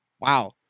Wow